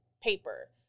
paper